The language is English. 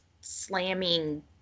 slamming